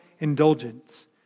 indulgence